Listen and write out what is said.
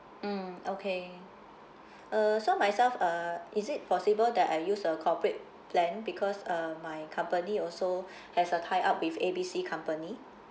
mmhmm okay uh so myself uh is it possible that I use a corporate plan because uh my company also has a tie up with A B C company